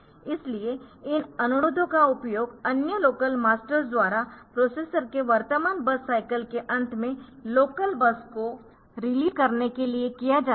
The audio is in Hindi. इसलिए इन अनुरोधों का उपयोग अन्य लोकल मास्टर्स द्वारा प्रोसेसर के वर्तमान बस साईकल के अंत में लोकल बस को रिलीज़ करने के लिए किया जाता है